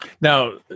Now